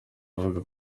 avuga